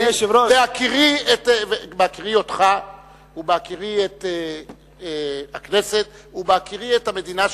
בהכירי אותך ובהכירי את הכנסת ובהכירי את המדינה שלי,